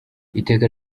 iteka